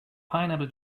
pineapple